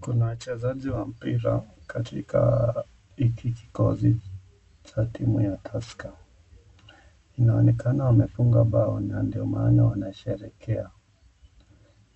Kuna wachezaji wa mpira katika hiki kikozi cha timu ya Tusker, inaonekana wamefunga bao, ndio maana wanasherekea,